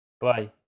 Bye